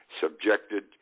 subjected